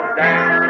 down